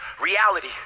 reality